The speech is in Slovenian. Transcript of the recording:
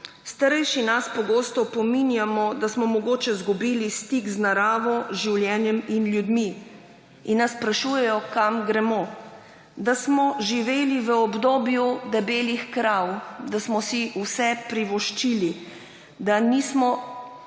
Starejši nas pogosto opominjajo, da smo mogoče izgubili stik z naravo, življenjem in ljudmi. In nas sprašujejo, kam gremo; da smo živeli v obdobju debelih krav, da smo si vse privoščili, da nimamo